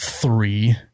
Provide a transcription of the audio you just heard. Three